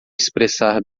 expressar